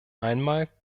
einmal